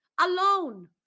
alone